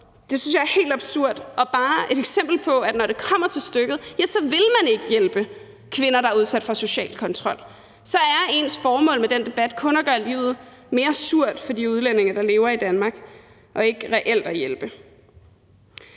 synes jeg er helt absurd og bare et eksempel på, at når det kommer til stykket, så vil man ikke hjælpe kvinder, der er udsat for social kontrol. Så er ens formål med den debat kun at gøre livet mere surt for de udlændinge, der lever i Danmark, og ikke reelt at hjælpe.